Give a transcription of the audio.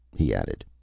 he added.